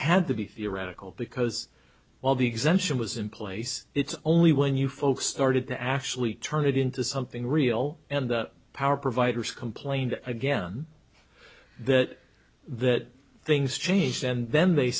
had to be theoretical because while the exemption was in place it's only when you folks started to actually turn it into something real and the power providers complained again that that things changed and then they